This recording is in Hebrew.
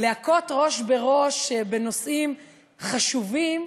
ולהכות ראש בראש, בנושאים חשובים,